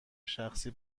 شخصی